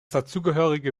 dazugehörige